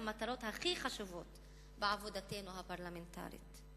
המטרות הכי חשובות בעבודתנו הפרלמנטרית.